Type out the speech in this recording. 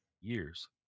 years